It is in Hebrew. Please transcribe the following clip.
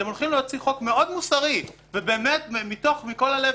אתם הולכים להוציא חוק מאוד מוסרי ובאמת מכל הלב.